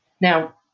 Now